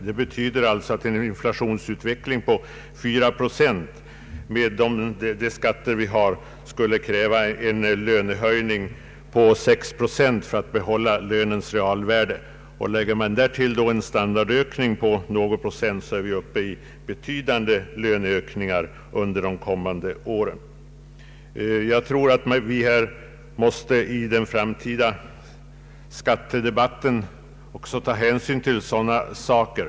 Det betyder att en inflationsutveckling på 4—5 procent med de föreslagna skatterna skulle kräva en lönehöjning på 6 procent för att lönens realvärde skulle bevaras. Lägger man därtill en standardökning på någon procent är vi uppe i betydande löneökningar under kommande år. Jag tror att vi i den framtida skattedebatten måste ta hänsyn även till sådana saker.